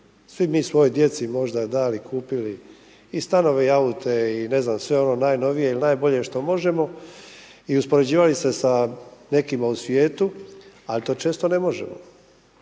Svi mi svojoj djeci bi možda dali, kupili, i stanove, i aute i ne znam sve ono najnovije i najbolje što možemo i uspoređivali se sa nekim u svijetu, ali to često ne možemo.